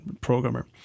programmer